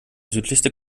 südlichste